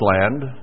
land